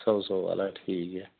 सौ सौ आह्ला ठीक ऐ